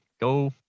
go